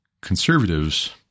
conservatives